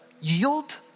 Yield